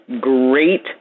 great